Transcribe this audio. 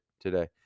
today